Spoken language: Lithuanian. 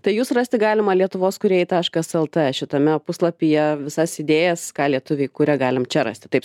tai jus rasti galima lietuvos kurėjai taškas lt šitame puslapyje visas idėjas ką lietuviai kuria galim čia rasti taip